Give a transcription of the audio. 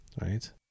right